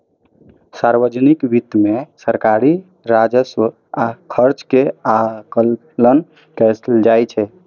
सार्वजनिक वित्त मे सरकारी राजस्व आ खर्च के आकलन कैल जाइ छै